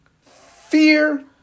Fear